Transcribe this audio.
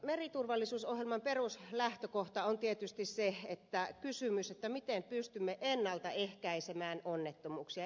meriturvallisuusohjelman peruslähtökohta on tietysti se kysymys miten pystymme ennaltaehkäisemään onnettomuuksia